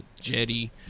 Jetty